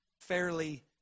fairly